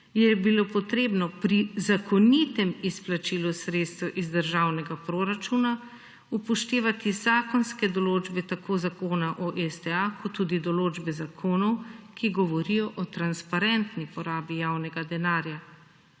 je bilo potrebno pri zakonitem izplačilu sredstev iz državnega proračuna upoštevati zakonske določbe tako zakona o STA kot tudi določbe zakonov, ki govorijo o transparentni porabi javnega denarja,